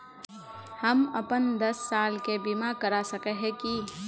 हम अपन दस साल के बीमा करा सके है की?